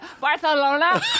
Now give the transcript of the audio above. Barcelona